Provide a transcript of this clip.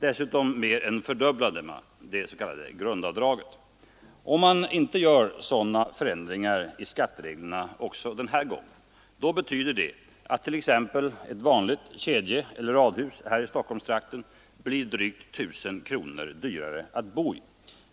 Dessutom mer än fördubblade man det s.k. grundavdraget. Om man inte gör sådana förändringar i skattereglerna också den här gången, betyder det att t.ex. ett vanligt kedjeeller radhus här i Stockholmstrakten blir drygt 1 000 kronor dyrare att bo i.